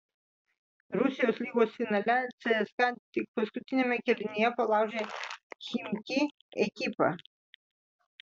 rusijos lygos finale cska tik paskutiniame kėlinyje palaužė chimki ekipą